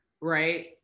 right